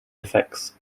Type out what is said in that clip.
effects